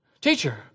Teacher